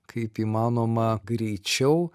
kaip įmanoma greičiau